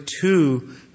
two